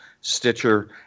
Stitcher